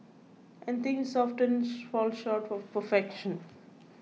and things often fall short of perfection